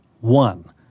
One